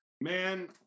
Man